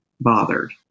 bothered